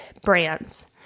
brands